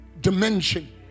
dimension